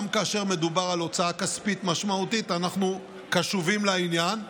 גם כאשר מדובר על הוצאה כספית משמעותית אנחנו קשובים לעניין.